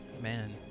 Man